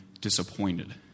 disappointed